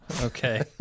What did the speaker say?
Okay